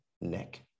neck